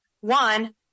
One